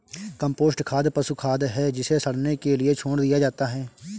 compost खाद पशु खाद है जिसे सड़ने के लिए छोड़ दिया जाता है